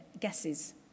guesses